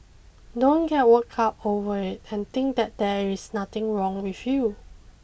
don't get worked up over it and think that there is nothing wrong with you